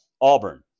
Auburn